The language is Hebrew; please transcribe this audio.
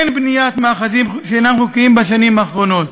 אין בניית מאחזים שאינם חוקיים בשנים האחרונות.